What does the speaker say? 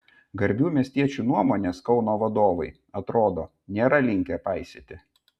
garbių miestiečių nuomonės kauno vadovai atrodo nėra linkę paisyti